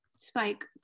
Spike